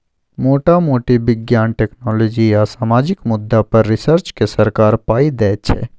मोटा मोटी बिज्ञान, टेक्नोलॉजी आ सामाजिक मुद्दा पर रिसर्च केँ सरकार पाइ दैत छै